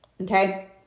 okay